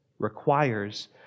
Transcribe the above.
requires